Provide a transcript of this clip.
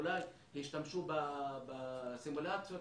אולי השתמשו בסימולציות,